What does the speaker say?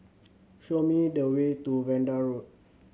show me the way to Vanda Road